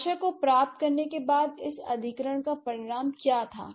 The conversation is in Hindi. भाषा को प्राप्त करने के बाद इस अधिग्रहण का परिणाम क्या था